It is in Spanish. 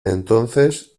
entonces